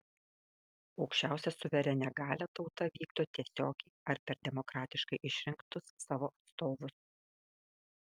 aukščiausią suverenią galią tauta vykdo tiesiogiai ar per demokratiškai išrinktus savo atstovus